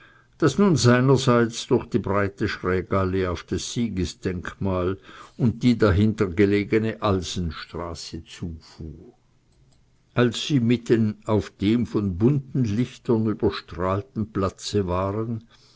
das nun seinerseits durch die breite schrägallee auf das siegesdenkmal und die dahinter gelegene alsenstraße zufuhr als sie mitten auf dem von bunten lichtern überstrahlten platze waren